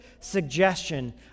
suggestion